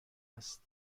است